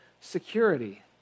security